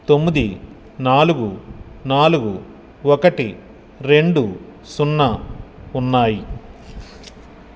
తొమ్మిది నాలుగు నాలుగు ఒకటి రెండు సున్నా ఉన్నాయి